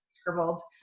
scribbled